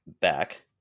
back